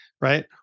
right